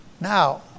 Now